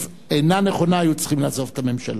אינה נכונה היו צריכים לעזוב את הממשלה.